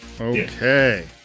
okay